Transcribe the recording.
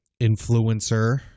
influencer